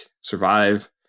survive